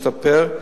משתפר,